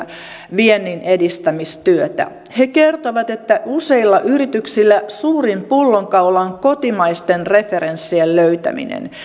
vienninedistämistyötä he kertoivat että useilla yrityksillä suurin pullonkaula on kotimaisten referenssien löytäminen